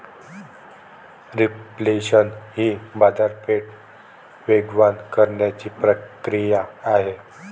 reflation ही बाजारपेठ वेगवान करण्याची प्रक्रिया आहे